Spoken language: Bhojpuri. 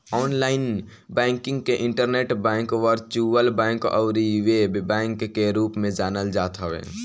ऑनलाइन बैंकिंग के इंटरनेट बैंक, वर्चुअल बैंक अउरी वेब बैंक के रूप में जानल जात हवे